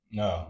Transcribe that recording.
no